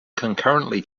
concurrently